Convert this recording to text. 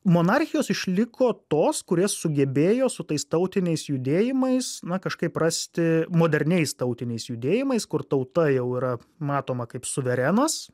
monarchijos išliko tos kurios sugebėjo su tais tautiniais judėjimais na kažkaip rasti moderniais tautiniais judėjimais kur tauta jau yra matoma kaip suverenas